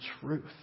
truth